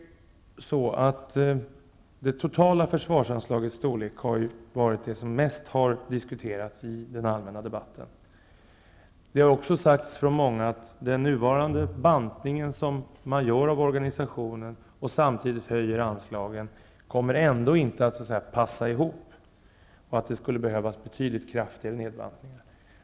Det totala försvarsanslagets storlek har varit det som mest har debatterats i den allmänna debatten. Det har också sagts av många att bantningen som man nu gör av organisationen och den samtidiga höjningen av anslagen ändå inte kommer att passa ihop och att det skulle behövas betydligt kraftigare nedbantningar.